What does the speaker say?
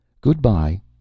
Goodbye